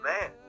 man